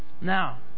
Now